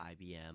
IBM